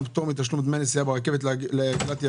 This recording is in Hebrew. פטור מתשלום דמי נסיעה ברכבת לילדים.